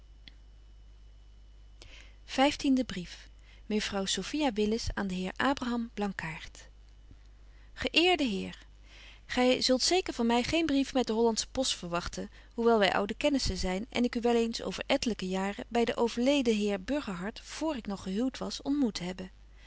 mejuffrouw sophia willis aan den heer abraham blankaart ge eerde heer gy zult zeker van my geen brief met de hollandsche post verwagten hoewel wy oude kennissen zyn en ik u wel eens over ettelyke jaren by den overledenen heer burgerhart vr ik nog gehuwt was ontmoet hebbe